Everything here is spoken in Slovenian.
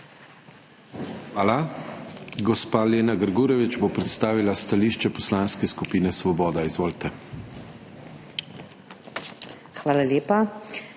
Hvala. Gospa Lena Grgurevič bo predstavila stališče Poslanske skupine Svoboda. Izvolite. **LENA